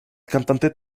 cantante